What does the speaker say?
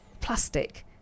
plastic